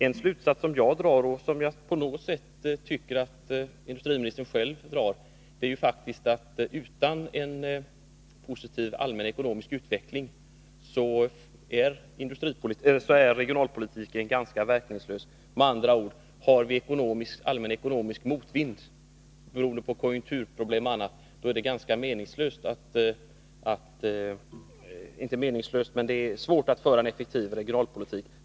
En slutsats som jag drar — och som jag tycker att industriministern på något sätt drar — är att utan en positiv allmän ekonomisk utveckling är regionalpolitiken ganska' verkningslös. Med andra ord: Har vi allmän ekonomisk motvind, beroende på konjunkturproblem och annat, så är det svårt att föra en effektiv regionalpolitik.